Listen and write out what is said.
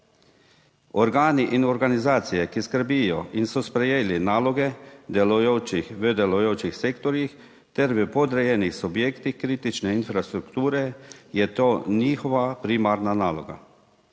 Organi in organizacije, ki skrbijo in so sprejeli naloge delujočih, v delujočih sektorjih ter v podrejenih subjektih kritične infrastrukture, je to njihova primarna naloga.